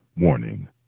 Warning